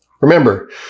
remember